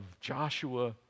Joshua